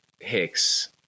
hicks